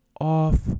Off